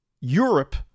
Europe